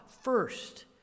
first